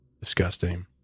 Disgusting